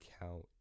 count